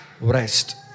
rest